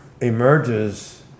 emerges